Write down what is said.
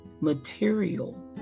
material